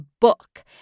book